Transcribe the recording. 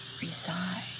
reside